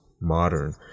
modern